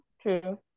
True